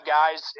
guys